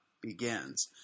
begins